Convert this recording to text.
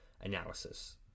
analysis